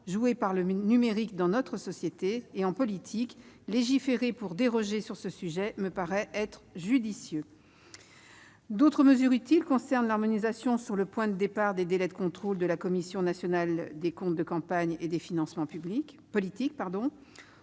joué par le numérique dans notre société et en politique, une telle dérogation me paraît judicieuse. D'autres mesures utiles concernent l'harmonisation sur le point de départ des délais de contrôle de la Commission nationale des comptes de campagne et des financements politiques,